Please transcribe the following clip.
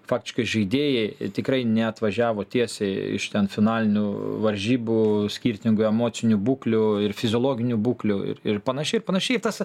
faktiškai žaidėjai tikrai neatvažiavo tiesiai iš ten finalinių varžybų skirtingų emocinių būklių ir fiziologinių būklių ir ir panašiai panašiai tas